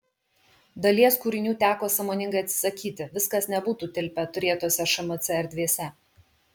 dalies kūrinių teko sąmoningai atsisakyti viskas nebūtų tilpę turėtose šmc erdvėse